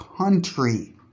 country